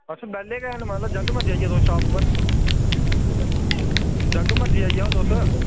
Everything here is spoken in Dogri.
अच्छा बेह्ले गै न मतलब जिसलै मर्जी आई जाओ तुस शाप उप्पर जिसलै मर्जी आई आओ तुस